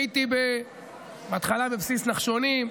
הייתי בהתחלה בבסיס נחשונים,